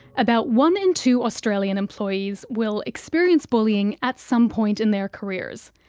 about one in two australian employees will experience bullying at some point in their careers.